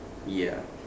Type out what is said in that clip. ya